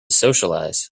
socialize